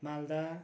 Malda